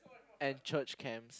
and church camps